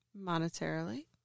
Monetarily